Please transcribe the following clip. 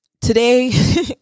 today